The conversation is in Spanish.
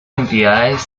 entidades